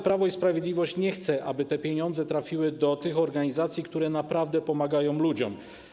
Prawo i Sprawiedliwość nie chce jednak, aby te pieniądze trafiły do organizacji, które naprawdę pomagają ludziom.